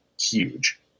huge